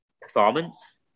performance